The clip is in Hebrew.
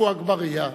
עפו אגבאריה.